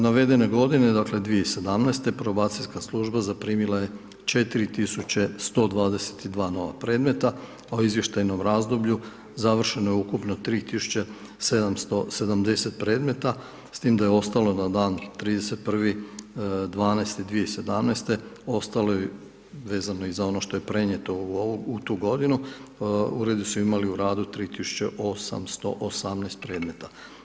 Navedene godine, dakle 2017., probacijska služba zaprimila je 4122 nova predmeta, u izvještajnom razdoblju završeno je ukupno 3770 predmeta s tim da je ostalo na dan 31. 12. 2017., ostalo je vezano i za ono što je prenijeto u tu godinu, uredi su imali u radu 3818 predmeta.